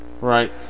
Right